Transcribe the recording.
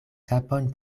kapon